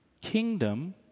Kingdom